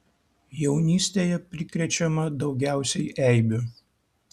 jaunystėje prikrečiama daugiausiai eibių